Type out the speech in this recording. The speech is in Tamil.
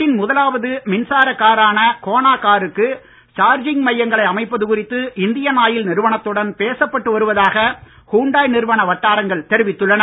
நாட்டின் முதலாவது மின்சார காரான கோனா காருக்கு சார்ஜிங் மையங்களை அமைப்பது குறித்து இந்தியன் ஆயில் நிறுவனத்துடன் பேசப்பட்டு வருவதாக ஹுண்டாய் நிறுவன வட்டாரங்கள் தெரிவித்துள்ளன